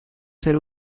ser